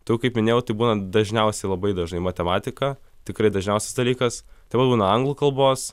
tai jau kaip minėjau tai būna dažniausiai labai dažnai matematika tikrai dažniausias dalykas taip pat būna anglų kalbos